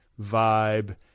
vibe